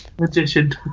magician